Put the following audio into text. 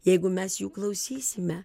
jeigu mes jų klausysime